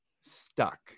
stuck